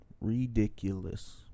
Ridiculous